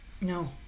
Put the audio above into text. No